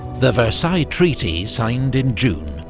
the versailles treaty, signed in june,